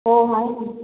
हो हो